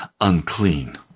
unclean